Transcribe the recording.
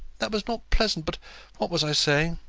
that was not pleasant! but what was i saying?